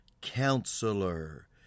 Counselor